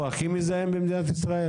הוא הכי מזהם במדינת ישראל?